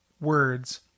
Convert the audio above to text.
words